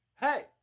hey